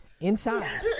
inside